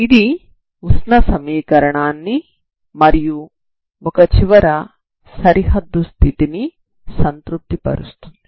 ఇది ఉష్ణ సమీకరణాన్ని మరియు ఒక చివర సరిహద్దు స్థితిని సంతృప్తి పరుస్తుంది